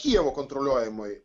kijevo kontroliuojamoj